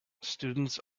students